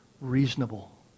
reasonable